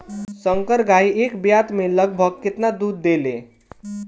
संकर गाय एक ब्यात में लगभग केतना दूध देले?